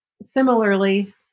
Similarly